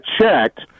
checked